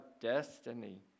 destiny